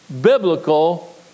biblical